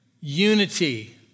Unity